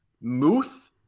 Muth